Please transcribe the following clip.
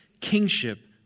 kingship